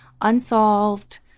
Unsolved